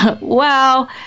Wow